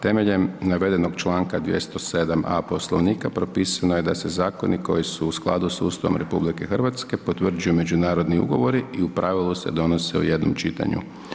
Temeljem navedenog članka 207.a Poslovnika propisano je da se zakoni koji su u skladu sa Ustavom RH potvrđuju međunarodni ugovori i u pravilu se donose u jednom čitanju.